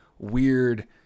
weird